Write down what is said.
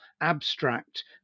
abstract